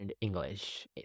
English